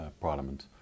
parliament